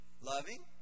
Loving